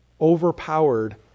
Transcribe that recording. overpowered